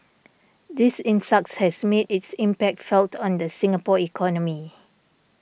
this influx has made its impact felt on the Singapore economy